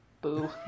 Boo